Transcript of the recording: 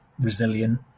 resilient